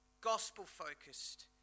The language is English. gospel-focused